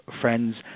friends